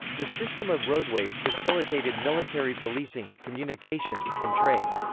the system of roadways facilitated military policing, communications, and trade.